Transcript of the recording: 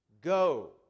go